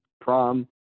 prom